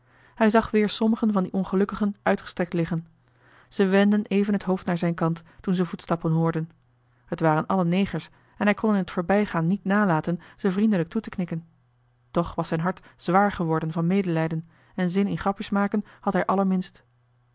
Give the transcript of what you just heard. hij zag weer sommigen van die ongelukkigen uitgestrekt liggen ze wendden even het hoofd naar zijn kant toen ze voetstappen hoorden het waren allen negers en hij kon in t voorbijgaan niet nalaten ze vriendelijk toe te knikken toch was zijn hart zwaar geworden van medelijden en zin in grapjes maken had hij allerminst